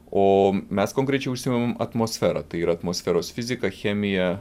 o mes konkrečiau užsiimam atmosfera tai yra atmosferos fizika chemija